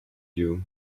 you